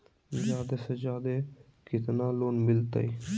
जादे से जादे कितना लोन मिलते?